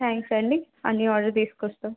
thanks అండి అన్ని order తీసుకొస్తాం